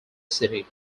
city